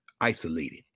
Isolated